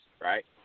right